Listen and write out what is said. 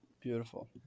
Beautiful